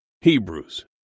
Hebrews